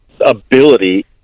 ability